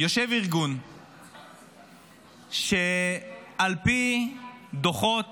יושב ארגון שעל פי דוחות